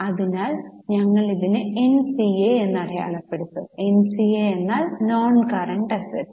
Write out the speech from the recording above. അതിനാൽ ഞങ്ങൾ അതിനെ എൻസിഎ എന്ന് അടയാളപ്പെടുത്തും എൻസിഎ എന്നാൽ നോൺകറന്റ് അസറ്റ്